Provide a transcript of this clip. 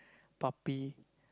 puppy